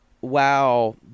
wow